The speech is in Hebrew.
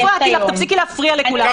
לא הפרעתי לך, תפסיקי להפריע לכולם.